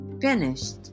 Finished